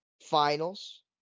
finals